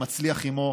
מצליח עימו.